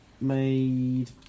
made